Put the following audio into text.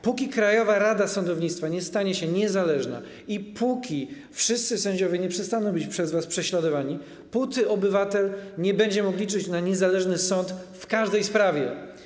Póki Krajowa Rada Sądownictwa nie stanie się niezależna i póki wszyscy sędziowie nie przestaną być przez was prześladowani, póty obywatel nie będzie mógł liczyć na niezależny sąd w każdej sprawie.